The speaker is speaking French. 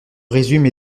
résume